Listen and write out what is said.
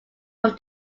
from